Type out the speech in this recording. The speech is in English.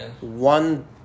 one